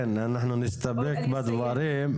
כן, אנחנו נסתפק בדברים.